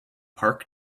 park